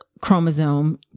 chromosome